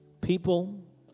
people